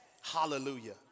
Hallelujah